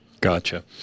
Gotcha